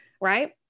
right